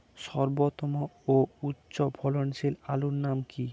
সর্বোত্তম ও উচ্চ ফলনশীল আলুর নাম কি?